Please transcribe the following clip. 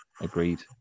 Agreed